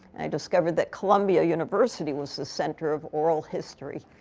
discovered that columbia university was the center of oral history.